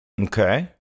Okay